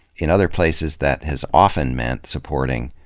in other places that has often meant supporting